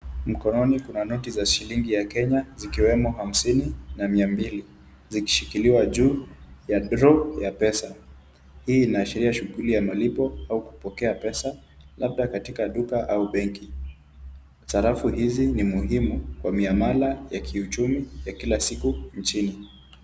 Mkononi kuna noti za shilingi ya Kenya ikiwemo hamsini na mia mbili zikishikiliwa juu ya draw ya pesa. Hii inaashiria shuguli ya malipo au kupokea pesa labda katika duka au benki. Sarafu hizi ni muhimu kwa miamala ya kiuchumi ya kila siku nchini.